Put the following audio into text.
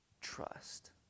trust